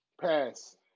Pass